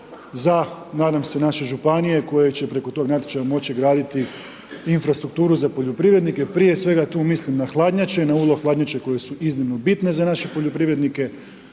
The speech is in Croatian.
za nadam se naše županije, koje će preko toga natječaja moći graditi infrastrukturu, za poljoprivrednike, prije svega tu mislim na hladnjače, na …/Govornik se ne razumije./… koje su iznimno bitne za naše poljoprivrednike,